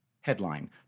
Headline